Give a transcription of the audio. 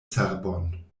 cerbon